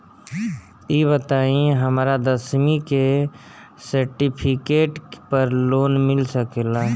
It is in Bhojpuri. ई बताई हमरा दसवीं के सेर्टफिकेट पर लोन मिल सकेला?